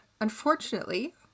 Unfortunately